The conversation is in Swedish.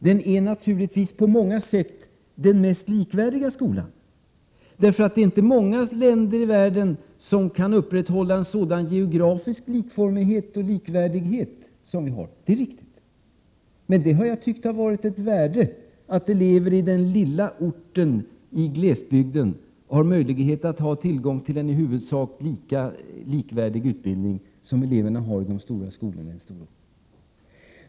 Den är naturligtvis på många sätt den skola som ger alla den mest likvärdiga utbildningen. Det är ju inte många länder i världen som kan upprätthålla en sådan geografisk likformighet och likvärdighet som vi har. Men jag har tyckt att det har varit ett värde att elever i den lilla orten, i glesbygden, har tillgång till en utbildning som i huvudsak är likvärdig med den som eleverna har i de stora skolorna.